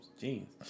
jeans